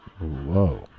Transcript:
Whoa